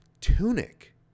Tunic